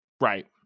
Right